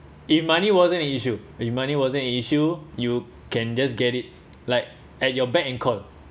if money wasn't an issue if money wasn't an issue you can just get it like at your beck and call